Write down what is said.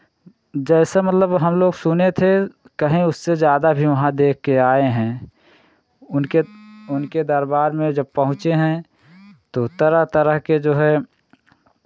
जैसे मतलब हम लोग सुने थे कहीं उससे ज़्यादा भी वहाँ देख के आए हैं उनके उनके दरबार में जब पहुँचे हैं तो तरह तरह के जो है